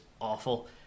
awful